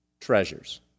treasures